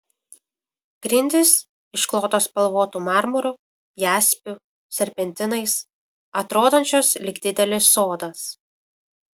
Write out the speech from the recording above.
grindys išklotos spalvotu marmuru jaspiu serpentinais atrodančios lyg didelis sodas